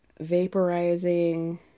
vaporizing